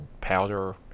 powder